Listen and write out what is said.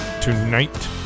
Tonight